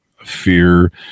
Fear